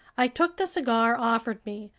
i took the cigar offered me,